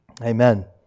Amen